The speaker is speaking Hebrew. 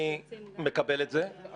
אני מקבל את זה ולכבוד,